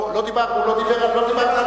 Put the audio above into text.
לא דיברת עליו?